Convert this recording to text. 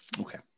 Okay